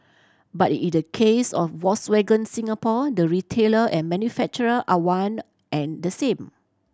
but in the case of Volkswagen Singapore the retailer and manufacturer are one and the same